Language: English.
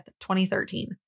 2013